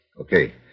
Okay